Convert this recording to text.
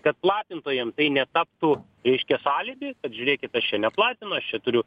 kad platintojam tai netaptų reiškia sąlytis kad žiūrėkit aš čia neplatinu aš čia turiu